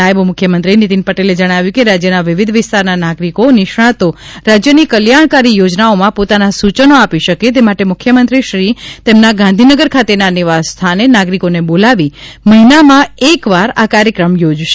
નાયબ મુખ્યમંત્રી નીતિન પટેલે જણાવ્યું કે રાજ્યના વિવિધ વિસ્તારના નાગરિકો નિષ્ણાંતો રાજ્યની કલ્યાણકારી યોજનાઓમાં પોતાના સૂચનો આપી શકે તે માટે મૂખ્યમંત્રીશ્રી તેમના ગાંધીનગર ખાતેના નિક્વાસસ્થાને નાગરિકોને બોલાવી મહિનામાં એકવાર આ કાર્યક્રમ યોજશે